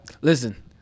listen